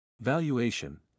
Valuation